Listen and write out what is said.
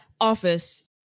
office